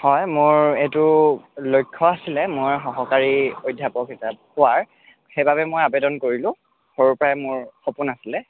হয় মোৰ এইটো লক্ষ্য আছিলে মই সহকাৰী অধ্যাপক হিচাপে হোৱাৰ সেইবাবে মই আবেদন কৰিলোঁ সৰুৰ পৰাই মোৰ সপোন আছিলে